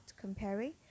comparing